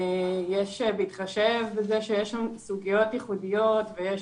יש להתחשב בזה שיש שם סוגיות ייחודיות ויש